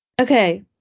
okay